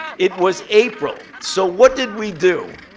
it was april. so what did we do?